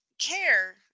care